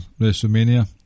WrestleMania